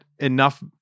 Enough